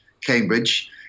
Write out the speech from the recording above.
Cambridge